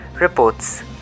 reports